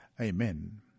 Amen